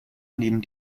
nehmen